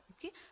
okay